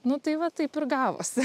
nu tai va taip ir gavosi